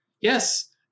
yes